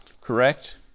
Correct